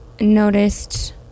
noticed